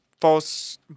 false